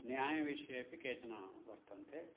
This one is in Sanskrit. न्यायविषयेपि केचन वर्तन्ते